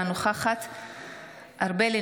אינו נוכח משה ארבל,